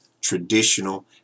traditional